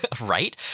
Right